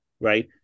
right